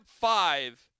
Five